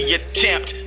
attempt